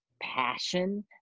passion